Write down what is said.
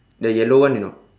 the yellow one you know